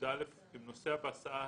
אם נוסע בהסעה